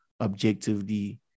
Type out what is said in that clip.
objectively